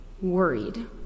worried